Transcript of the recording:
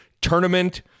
tournament